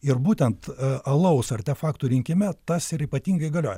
ir būtent alaus artefaktų rinkime tas ir ypatingai galioja